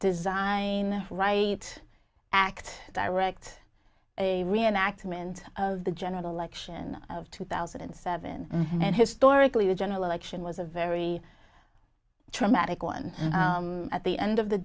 design write act direct a reenactment of the general election of two thousand and seven and historically the general election was a very traumatic one at the end of the